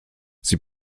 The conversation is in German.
sie